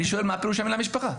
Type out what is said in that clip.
אני שואל מה פירוש המילה משפחה?